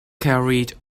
carried